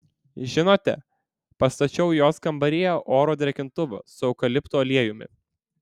žinote pastačiau jos kambaryje oro drėkintuvą su eukaliptų aliejumi